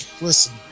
Listen